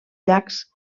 llacs